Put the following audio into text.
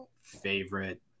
favorite